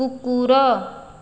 କୁକୁର